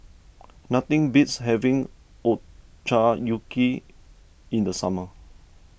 nothing beats having Ochazuke in the summer